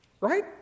Right